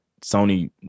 Sony